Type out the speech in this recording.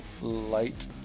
light